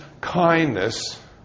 kindness